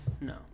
No